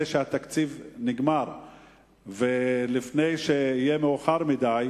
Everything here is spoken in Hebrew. שהתקציב נגמר ולפני שיהיה מאוחר מדי.